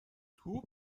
توپ